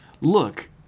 Look